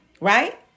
right